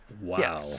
Wow